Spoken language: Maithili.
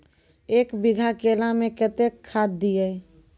एक बीघा केला मैं कत्तेक खाद दिये?